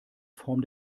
form